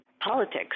politics